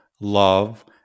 love